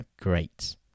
great